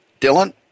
Dylan